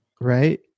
Right